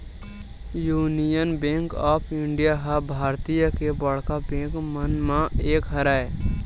union bank of India ह भारतीय के बड़का बेंक मन म एक हरय